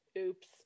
oops